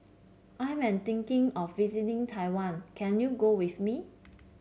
I am thinking of visiting Taiwan can you go with me